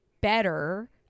better